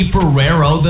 Ferrero